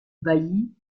bailli